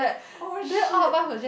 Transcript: oh shit